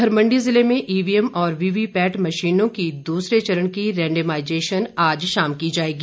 उधर मंडी जिले में ईवीएम और वीवीपैट मशीनों की दूसरे चरण रैंडेमाईजेशन आज शाम की जायेगी